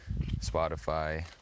Spotify